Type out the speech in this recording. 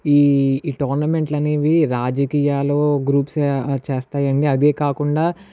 ఈ ఈ టోర్నమెంట్లు అనేవి రాజకీయాలు గ్రూప్స్ చేస్తాయి అండి అదే కాకుండా